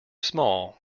small